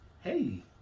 Hey